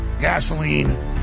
gasoline